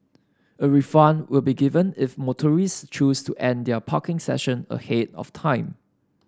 a refund will be given if motorist choose to end their parking session ahead of time